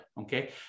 okay